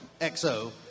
XO